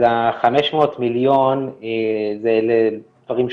אז ה-500 מיליון זה לדברים שונים,